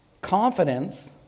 confidence